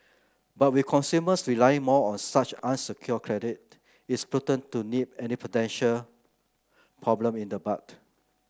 but with consumers relying more on such unsecured credit it's prudent to nip any potential problem in the bud